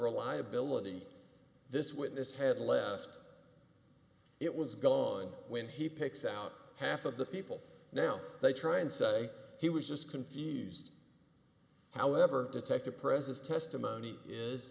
reliability this witness had left it was gone when he picks out half of the people now they try and say he was just confused however detective presence testimony is